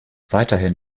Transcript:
weiterhin